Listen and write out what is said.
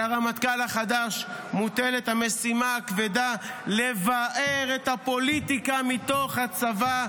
על הרמטכ"ל החדש מוטלת המשימה הכבדה לבער את הפוליטיקה מתוך הצבא,